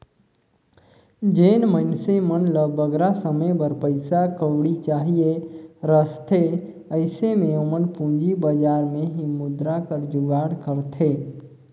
जेन मइनसे मन ल बगरा समे बर पइसा कउड़ी चाहिए रहथे अइसे में ओमन पूंजी बजार में ही मुद्रा कर जुगाड़ करथे